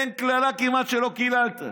אין קללה כמעט שלא קיללת.